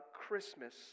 Christmas